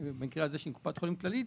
במקרה הזה עם קופת חולים כללית,